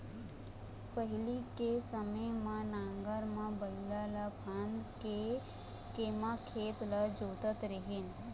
पहिली के समे म नांगर म बइला ल फांद के म खेत ल जोतत रेहेन